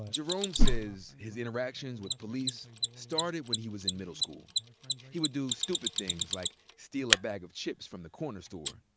jerome says his interactions with police started when he was in middle school. he would do stupid things like steal a bag of chips from the corner store.